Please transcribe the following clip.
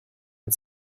and